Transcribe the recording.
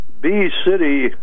B-City